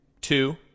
two